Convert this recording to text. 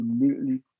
immediately